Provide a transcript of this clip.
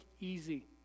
easy